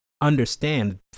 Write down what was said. understand